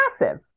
massive